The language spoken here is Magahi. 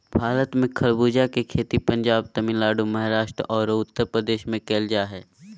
भारत में खरबूजा के खेती पंजाब, तमिलनाडु, महाराष्ट्र आरो उत्तरप्रदेश में कैल जा हई